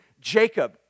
Jacob